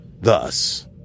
Thus